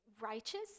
righteous